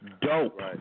dope